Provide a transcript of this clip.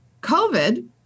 COVID